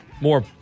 more